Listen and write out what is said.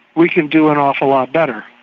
we can do an awful lot better.